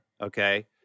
okay